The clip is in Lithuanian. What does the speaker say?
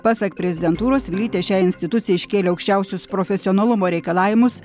pasak prezidentūros vilytė šiai institucijai iškėlė aukščiausius profesionalumo reikalavimus